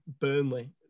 Burnley